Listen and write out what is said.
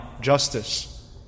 justice